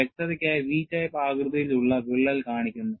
വ്യക്തതയ്ക്കായി V type ആകൃതിയിൽ ഉള്ള വിള്ളൽ കാണിക്കുന്നു